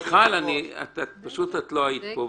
מיכל, פשוט את לא היית פה.